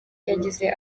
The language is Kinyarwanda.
yagize